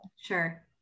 sure